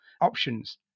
options